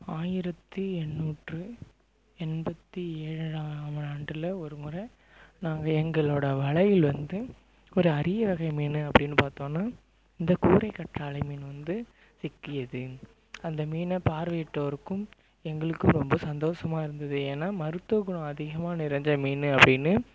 ஆயிரத்தி எண்ணூற்று எண்பத்தி ஏழாம்மாண்டில் ஒருமுறை நாங்கள் எங்களோட வலையில் வந்து ஒரு அரியவகை மீன் அப்படின்னு பார்த்தோம்னா இந்த கூரை கற்றாழை மீன் வந்து சிக்கியது அந்த மீனை பார்வையிட்டோருக்கும் எங்களுக்கு ரொம்ப சந்தோஷமாக இருந்தது ஏன்னா மருத்துவ குணம் அதிகமாக நிறைஞ்ச மீன் அப்படின்னு